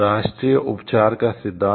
राष्ट्रीय उपचार का सिद्धांत